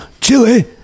Chili